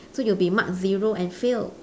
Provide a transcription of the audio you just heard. so you'll be marked zero and fail